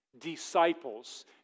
disciples